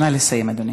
נא לסיים, אדוני.